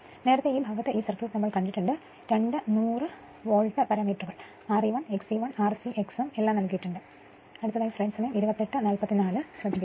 നേരത്തെ ഈ ഭാഗത്ത് ഈ സർക്യൂട്ട് നമ്മൾ കണ്ടിട്ടുണ്ട് 2 നൂറ് വോൾട്ട് പാരാമീറ്ററുകൾ R e 1 X e 1 R c X m എല്ലാം നൽകിയിരിക്കുന്നു